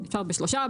אפשר בשלושה,